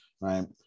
right